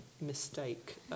mistake